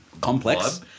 complex